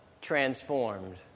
transformed